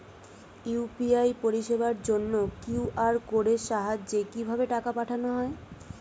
UPI পরিষেবার জন্য QR কোডের সাহায্যে কিভাবে টাকা পাঠানো হয়?